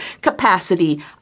capacity